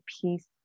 piece